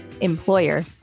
employer